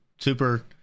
super